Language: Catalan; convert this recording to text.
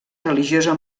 religiosa